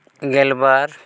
ᱜᱮᱞᱵᱟᱨ